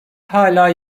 hala